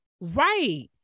right